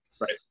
right